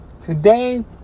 Today